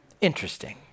Interesting